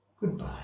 Goodbye